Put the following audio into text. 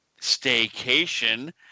staycation